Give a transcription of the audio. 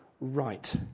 right